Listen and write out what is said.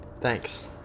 Thanks